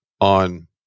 on